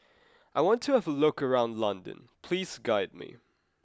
I want to have a look around London please guide me